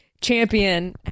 champion